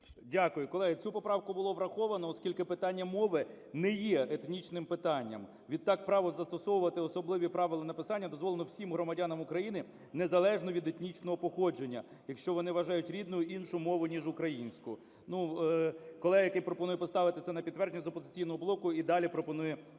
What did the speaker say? Дякую. Колеги, цю поправку було враховано. Оскільки питання мови не є етнічним питанням, відтак право застосовувати особливі правила написання дозволено всім громадянам України, незалежно від етнічного походження, якщо вони вважають рідною іншу мову, ніж українську. Ну, колега, який пропонує поставити це на підтвердження з "Опозиційного блоку", і далі пропонує